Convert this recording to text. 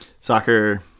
soccer